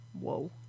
Whoa